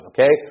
Okay